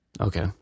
Okay